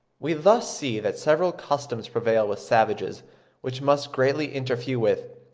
we thus see that several customs prevail with savages which must greatly interfere with,